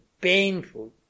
painful